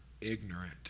ignorant